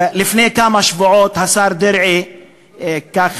לפני כמה שבועות השר דרעי אמר